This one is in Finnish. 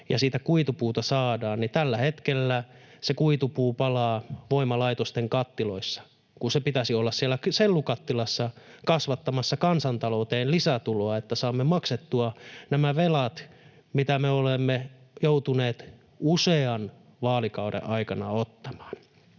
ja siitä kuitupuuta saadaan, niin tällä hetkellä se kuitupuu palaa voimalaitosten kattiloissa, kun sen pitäisi olla siellä sellukattilassa kasvattamassa kansantalouteen lisätuloa, että saamme maksettua nämä velat, mitä me olemme joutuneet usean vaalikauden aikana ottamaan.